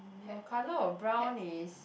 your colour of brown is